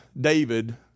David